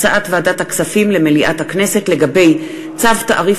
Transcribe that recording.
הצעת ועדת הכספים למליאת הכנסת לגבי צו תעריף